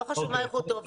לא חשוב מה איכותו,